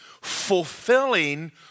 fulfilling